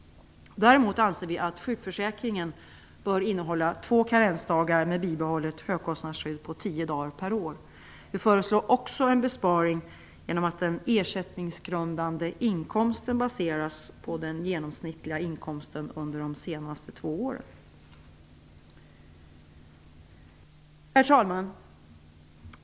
Däremot anser vi att sjukförsäkringen bör innehålla två karensdagar med bibehållet högkostnadsskydd på tio dagar per år. Vi föreslår också en besparing genom att den ersättningsgrundande inkomsten baseras på den genomsnittliga inkomsten under de senaste två åren. Herr talman!